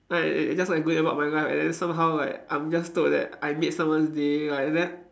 I just like going about my life and then somehow like I'm just told that I made someone's day like then